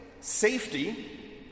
Safety